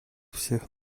всех